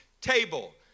table